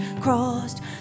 crossed